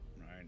right